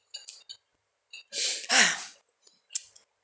!huh!